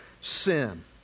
sin